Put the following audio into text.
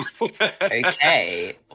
Okay